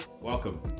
Welcome